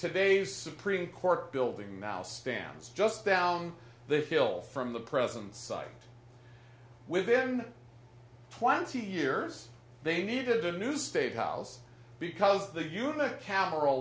today's supreme court building now stands just down the hill from the present site within twenty years they needed a new state house because the unicamera